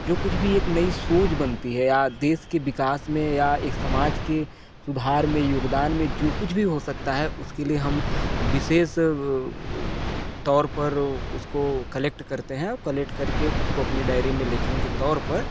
जो कुछ भी एक नई सोच बनती है या देश के विकास में या एक समाज के सुधार में योगदान में जो कुछ भी हो सकता है उसके लिए हम विशेष तौर पर उसको कलेक्ट करते हैं कलेक्ट करके उसको अपनी डायरी में लेखन के तौर पर